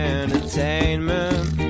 entertainment